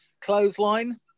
clothesline